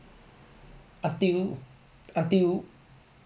until until